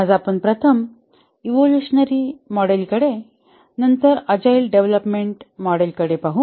आज आपण प्रथम इवोल्युशनरी मॉडेलकडे व नंतर अजाईल डेव्हलपमेंट मॉडेलकडे पाहू